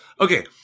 okay